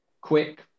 quick